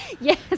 Yes